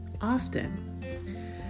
often